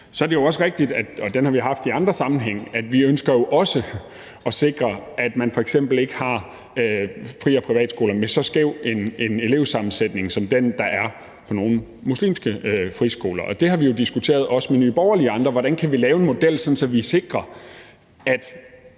– at vi også ønsker at sikre, at vi ikke har fri- og privatskoler med så skæv en elevsammensætning som den, der er på nogle muslimske friskoler. Der har vi jo også diskuteret med Nye Borgerlige og andre, hvordan vi kan lave en model, så vi sikrer, at